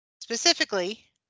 specifically